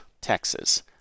Texas